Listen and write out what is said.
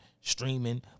streaming